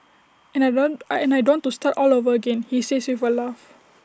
and I don't and I don't want to start all over again he says with A laugh